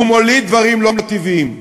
מוליד דברים לא טבעיים,